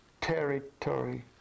territory